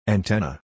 Antenna